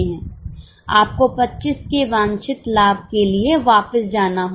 आपको 25 के वांछित लाभ के लिए वापस जाना होगा